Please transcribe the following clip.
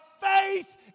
faith